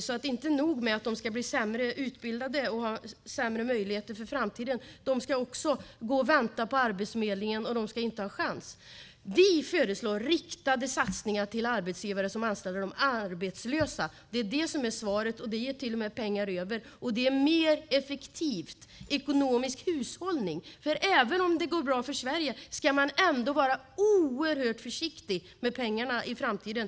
Det är inte nog med att ungdomarna ska bli sämre utbildade och ha sämre möjligheter för framtiden, de ska också gå och vänta på Arbetsförmedlingen och inte ha en chans. Vi föreslår riktade satsningar till arbetsgivare som anställer de arbetslösa. Det är det som är svaret. Det gör till och med att det blir pengar över, och det är mer effektivt. Det handlar om ekonomisk hushållning. Även om det går bra för Sverige ska man vara oerhört försiktig med pengarna i framtiden.